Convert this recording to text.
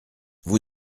vous